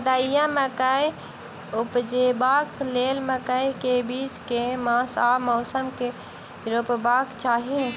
भदैया मकई उपजेबाक लेल मकई केँ बीज केँ मास आ मौसम मे रोपबाक चाहि?